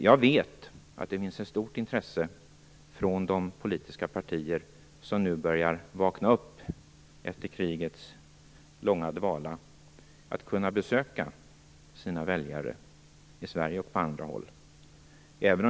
Jag vet att det finns ett stort intresse från de politiska partier som nu börjar vakna upp efter krigets långa dvala för att kunna besöka sina väljare i Sverige och på andra håll.